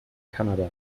kanada